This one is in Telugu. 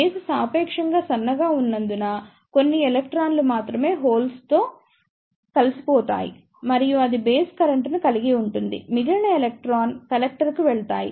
బేస్ సాపేక్షంగా సన్నగా ఉన్నందున కొన్ని ఎలక్ట్రాన్లు మాత్రమే హోల్స్ తో కలిసిపోతాయి మరియు అది బేస్ కరెంట్ను కలిగి ఉంటుంది మిగిలిన ఎలక్ట్రాన్ కలెక్టర్కు వెళ్తాయి